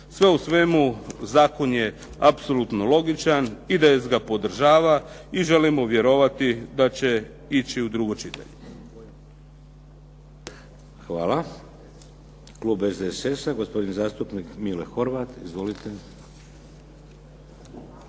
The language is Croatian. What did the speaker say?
Sve u svemu, zakon je apsolutno logičan, IDS ga podržava i želimo vjerovati da će ići u drugo čitanje. **Šeks, Vladimir (HDZ)** Hvala. Klub SDSS-a gospodin zastupnik Mile Horvat. Izvolite.